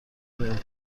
بهم